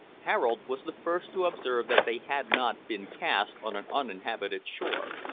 harold was the first to observe that they had not been cast on an uninhabited shore.